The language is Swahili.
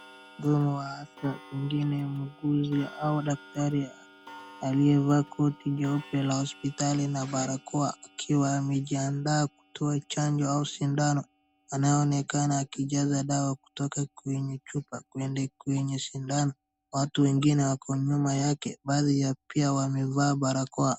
Mhudumu wa afya pengine muuguzi au daktari aliyevaa koti jeupe la hospitali na barakoa, akiwa amejiandaa kuoa chanjo au sindano anaonekana akijaza dawa kutoka kwenye chupa kwenda kwenye sindano, watu wengine wako nyuma yake, baadhi pia wamevaa barakoa.